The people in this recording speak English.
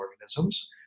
organisms